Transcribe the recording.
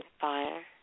fire